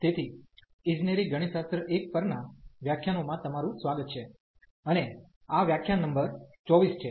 તેથી ઇજનેરી ગણિતશાસ્ત્ર 1 પરના વ્યાખ્યાનોમાં તમારું સ્વાગત છે અને આ વ્યાખ્યાન નંબર 24 છે